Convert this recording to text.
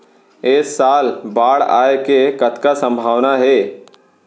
ऐ साल बाढ़ आय के कतका संभावना हे?